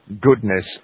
goodness